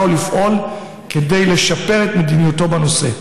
ולפעול כדי לשפר את מדיניותו בנושא.